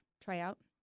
tryout